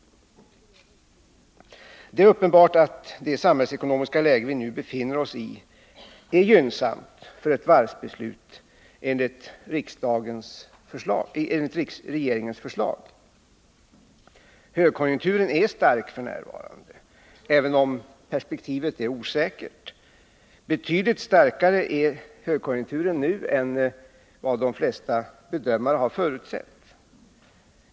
Det är uppenbart att det samhällsekonomiska läge vi nu befinner oss i är gynnsamt för ett varvsbeslut enligt regeringens förslag. Högkonjunkturen är stark f.n., även om perspektivet är osäkert. Högkonjunkturen är nu betydligt starkare än vad de flesta bedömare har förutsett.